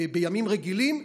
בימים רגילים,